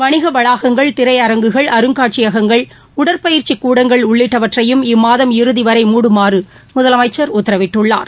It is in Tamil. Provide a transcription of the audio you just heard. வணிக வாளகங்கள் திரையரங்குகள் அருங்காட்சியகங்கள் உடற்பயிற்சி கூடங்கள் உள்ளிட்டறவற்றையும் இம்மாதம் இறுதிவதை மூடுமாறு முதலமைச்சர் உத்தரவிட்டுள்ளார்